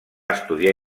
estudiar